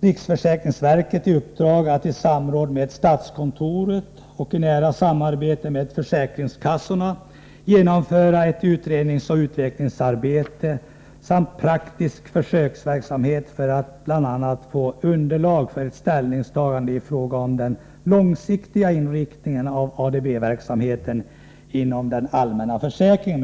riksförsäkringsverket i uppdrag att i samråd med statskontoret och i nära samarbete med försäkringskassorna genomföra ett utredningsoch utvecklingsarbete samt praktisk försöksverksamhet för att bl.a. få underlag för ett ställningstagande i fråga om den långsiktiga inriktningen av ADB verksamheten inom den allmänna försäkringen.